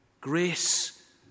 Grace